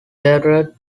terror